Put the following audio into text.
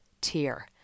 tier